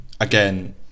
Again